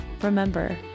Remember